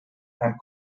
and